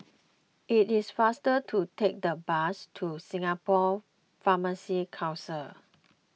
it is faster to take the bus to Singapore Pharmacy Council